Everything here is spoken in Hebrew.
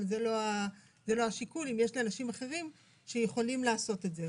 אבל זה לא השיקול אם יש אנשים אחרים שיכולים לעשות את זה.